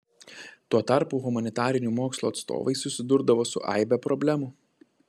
tuo tarpu humanitarinių mokslo atstovai susidurdavo su aibe problemų